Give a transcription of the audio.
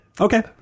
Okay